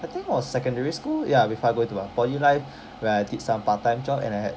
I think was secondary school ya before I go into my poly life where I did some part time job and I had